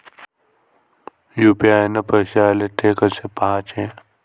UPI न पैसे आले, थे कसे पाहाचे?